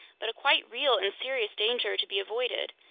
but a quite real and serious danger to be avoided.